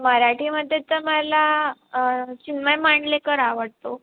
मराठीमध्ये तर मला चिन्मय मांडलेकर आवडतो